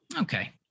okay